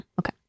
Okay